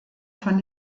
von